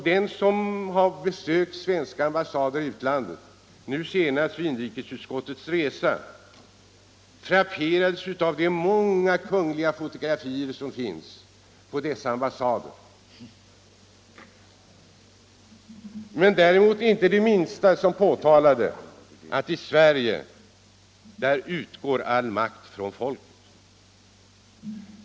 Den som har besökt svenska ambassader i utlandet — för min del senast under inrikesutskottets resa — har frapperats av de många kungliga fotografier som finns på dessa ambassader. Däremot finns inte det minsta som påtalar att i Sverige enligt grundlagen ”all makt utgår från folket”.